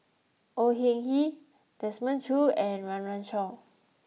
Au Hing Yee Desmond Choo and Run Run Shaw